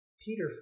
Peter